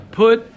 put